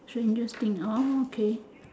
strangest thing orh okay